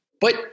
But-